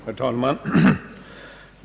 Herr talman!